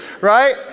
right